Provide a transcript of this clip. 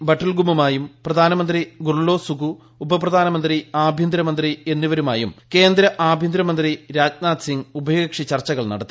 ബട്ടുൽഗമ്മുമായും പ്രധാനമന്ത്രി Khurelsukh ഉപപ്രധാനമന്ത്രി ആഭ്യന്തരമന്ത്രി എന്നിവരുമായും കേന്ദ്ര ആഭ്യന്തരമന്ത്രി രാജ്നാഥ് സിംഗ് ഉഭയകക്ഷി ചർച്ചകൾ നടത്തി